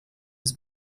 his